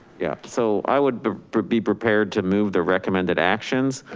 yeah, so i would be prepared to move the recommended actions,